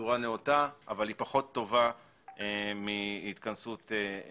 בצורה נאותה אבל היא פחות טובה מהתכנסות פיזית,